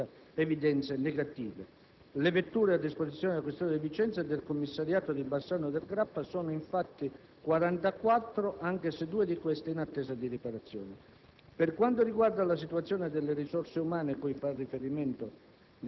risulta sufficiente rispetto alle necessità del territorio provinciale e non presenta evidenze negative. Le vetture a disposizione della Questura di Vicenza e del Commissariato di Bassano del Grappa sono infatti 44, anche se due di queste in attesa di riparazione.